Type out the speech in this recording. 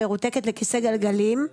מרותקת לכיסא גלגלים.